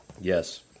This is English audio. Yes